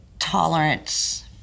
tolerance